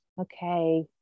okay